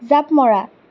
জাপ মৰা